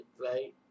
right